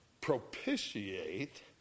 propitiate